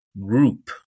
group